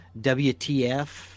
WTF